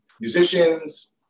musicians